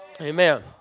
Amen